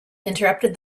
interrupted